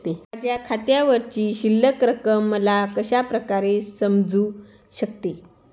माझ्या खात्यावरची शिल्लक रक्कम मला कशा प्रकारे समजू शकते?